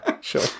Sure